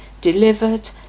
delivered